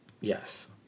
Yes